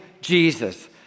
Jesus